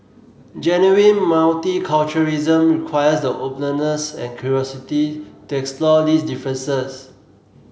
genuine multiculturalism requires the openness and curiosity to explore these differences